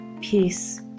peace